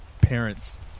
Parents